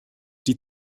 die